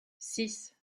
six